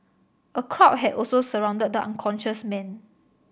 a crowd had also surrounded the unconscious man